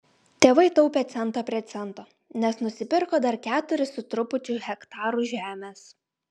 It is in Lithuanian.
tėvai taupė centą prie cento nes nusipirko dar keturis su trupučiu hektarų žemės